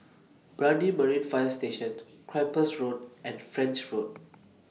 Brani Marine Fire Station Cyprus Road and French Road